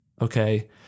okay